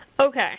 Okay